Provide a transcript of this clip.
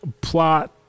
plot